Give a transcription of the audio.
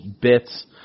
bits